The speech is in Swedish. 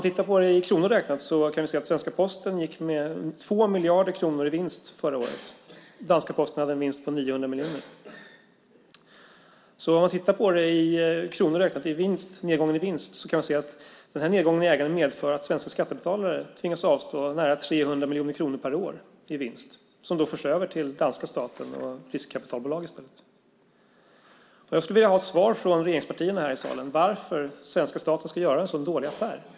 I kronor räknat gick svenska Posten med 2 miljarder kronor i vinst förra året. Danska Posten hade en vinst på 900 miljoner. Nedgången i ägande medför alltså att svenska skattebetalare tvingas avstå nära 300 miljoner kronor per år i vinst. Dessa förs i stället över till danska staten och riskkapitalbolag. Jag skulle vilja ha svar från regeringspartierna här i kammaren på varför svenska staten ska göra en så dålig affär.